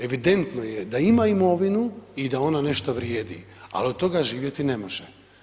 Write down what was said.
Evidentno je da ima imovinu i da ona nešto vrijedi, ali od toga živjeti ne može.